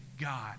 God